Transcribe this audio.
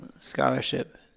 scholarship